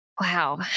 Wow